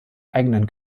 eigenen